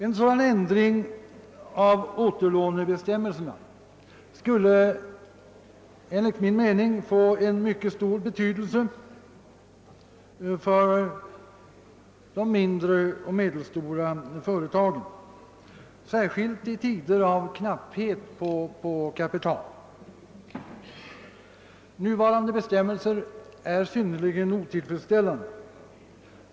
En sådan ändring av återlånebestämmelserna skulle enligt min mening få en mycket stor betydelse för de mindre och medelstora företagen, särskilt i tider av knapphet på kapital. Nuvarande bestämmelser är synnerligen otillfredsställande.